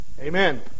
Amen